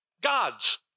God's